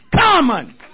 common